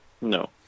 No